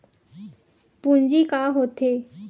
पूंजी का होथे?